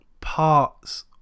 parts